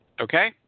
okay